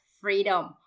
freedom